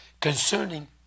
Concerning